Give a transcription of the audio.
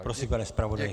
Prosím, pane zpravodaji.